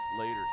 later